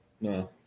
no